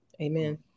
Amen